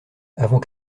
avant